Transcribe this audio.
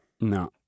No